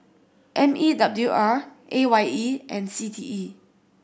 M E W R A Y E and C T E